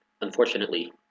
Unfortunately